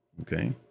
Okay